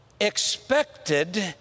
expected